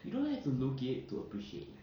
you don't need to look it to appreciate it